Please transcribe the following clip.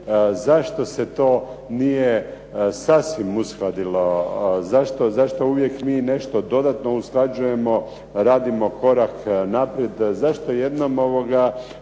Zašto se to nije sasvim uskladilo? Zašto uvijek mi nešto dodatno usklađujemo, radimo korak naprijed? Zašto jednom ne